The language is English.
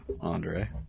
Andre